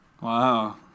Wow